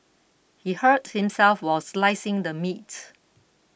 he hurt himself while slicing the meat